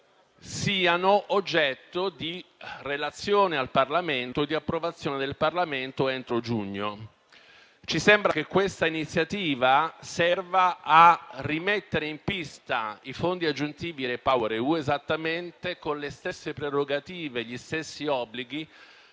siano oggetto di relazione e di approvazione da parte del Parlamento entro giugno. Ci sembra che questa iniziativa serva a rimettere in pista i fondi aggiuntivi Repower EU esattamente con le stesse prerogative e gli stessi obblighi